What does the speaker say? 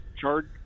charge